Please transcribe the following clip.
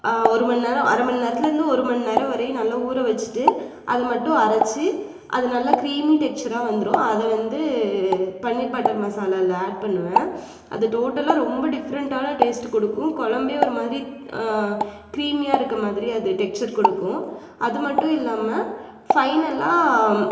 ஒரு மணிநேரம் அரை மணிநேரத்துல இருந்து ஒரு மணிநேரம் வரையும் நல்லா ஊற வைச்சிட்டு அது மட்டும் அரைச்சி அது நல்லா க்ரீமி டெக்ச்சராக வந்துடும் அத வந்து பன்னீர் பட்டர் மசாலா அதில் ஆட் பண்ணுவேன் அது டோட்டலாக ரொம்ப டிஃரெண்ட்டான டேஸ்ட்டு கொடுக்கும் குழம்பே ஒரு மாதிரி க்ரீமியாக இருக்க மாதிரி அது டெக்ச்சர் கொடுக்கும் அது மட்டும் இல்லாமல் ஃபைனலாக